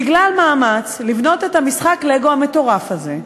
בגלל מאמץ לבנות את משחק הלגו המטורף הזה,